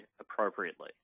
appropriately